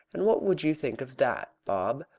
and what would you think of that, bob?